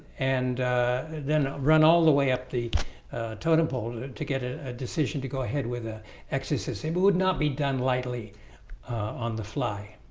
and then run all the way up the totem pole to get ah a decision to go ahead with a exorcism but would not be done lightly on the fly